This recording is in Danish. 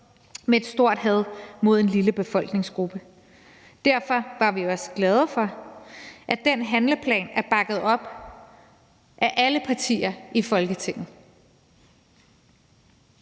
med et stort had mod en lille befolkningsgruppe. Derfor var vi også glade for, at den handleplan blev bakket op af alle partier i Folketinget.